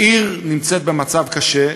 העיר במצב קשה.